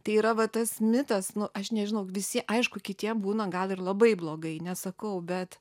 tai yra va tas mitas nu aš nežinau visi aišku kitiem būna gal ir labai blogai nesakau bet